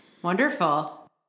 Wonderful